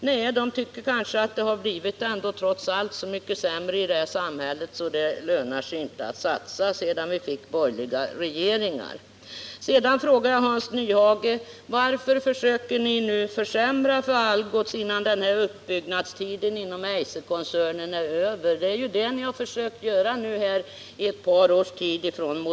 Jo, därför att de tycker att det har blivit så mycket sämre i det här samhället sedan vi fick borgerliga regeringar att det inte längre lönar sig att satsa pengar. Jag frågade Hans Nyhage varför ni försöker försämra för Algots innan uppbyggnadstiden inom Eiserkoncernen är över. Det är ju det som ni på moderat håll har försökt göra i ett par års tid.